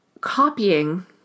copying